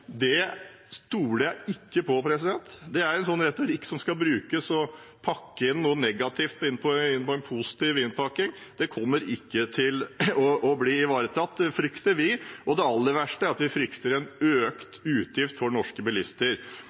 Det stoler jeg ikke på. Det er en sånn retorikk som skal brukes for å pakke noe negativt inn i en positiv innpakning. Det kommer ikke til å bli ivaretatt, frykter vi. Det aller verste er at vi frykter en økt utgift for norske bilister.